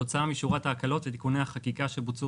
כתוצאה משורת הקלות ותיקוני חקיקה שבוצעו